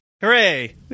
Hooray